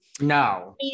No